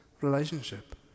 relationship